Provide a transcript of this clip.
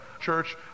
church